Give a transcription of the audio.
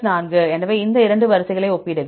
4 எனவே இந்த 2 வரிசைகளையும் ஒப்பிடுக